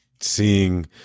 seeing